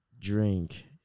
drink